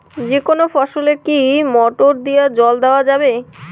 যেকোনো ফসলে কি মোটর দিয়া জল দেওয়া যাবে?